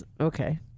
Okay